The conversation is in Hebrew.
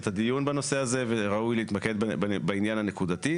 הדיון בנושא הזה וראוי להתמקד בעניין הנקודתי,